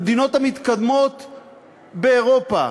למדינות המתקדמות באירופה,